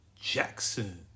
Jackson